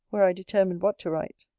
were i determined what to write.